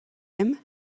him